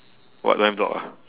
what don't have dog ah